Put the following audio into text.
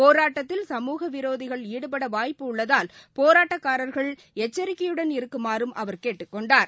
போராட்டத்தில் சமூக விரோதிகள் ஈடுபட வாய்ப்பு உள்ளதால் போராட்டக்காரர்கள் எச்சிக்கையுடன் இருக்குமாறும் அவர் கேட்டுக் கொண்டார்